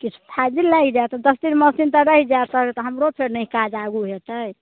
किछु फाजिल लागि जायत दस दिन मास दिन तऽ रहि जायत ताबे तऽ हमरो फेर ने काज आगू हेतै